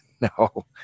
no